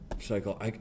cycle